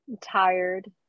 tired